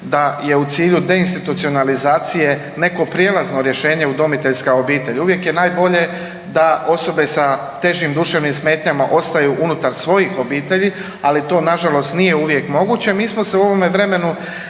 da je u cilju deinstitucionalizacije neko prijelazno rješenje udomiteljska obitelj. Uvijek je najbolje da osobe s težim duševnim smetnjama ostaju unutar svojih obitelji, ali to nažalost nije uvijek moguće. Mi smo se u ovome vremenu